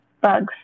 Bugs